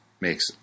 makes